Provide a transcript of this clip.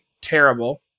terrible